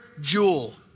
jewel